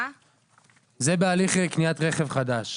זה בהליך קניית רכב ראשון.